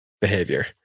behavior